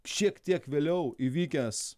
šiek tiek vėliau įvykęs